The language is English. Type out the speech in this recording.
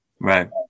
right